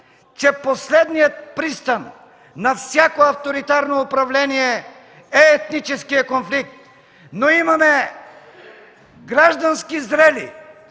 че последният пристан на всяко авторитарно управление, е етническият конфликт. Но имаме граждански зрели,